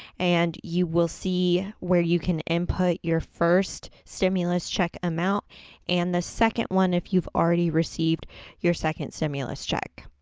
and you will see where you can input your first stimulus check amount and the second one if you've already received your second stimulus check.